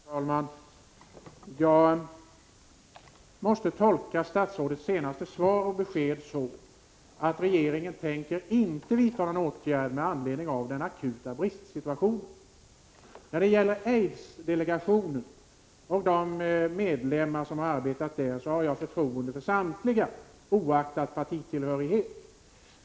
Herr talman! Jag måste tolka statsrådets senaste besked så att regeringen inte tänker vidta några åtgärder med anledning av den akuta bristsituationen. Jag har förtroende för samtliga ledamöter av aidsdelegationen, oaktat partitillhörighet.